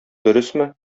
дөресме